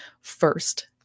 First